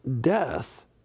death